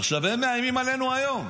עכשיו הם מאיימים עלינו היום.